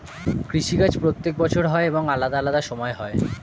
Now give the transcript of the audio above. কৃষি কাজ প্রত্যেক বছর হয় এবং আলাদা আলাদা সময় হয়